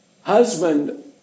Husband